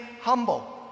humble